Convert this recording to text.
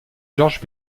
georges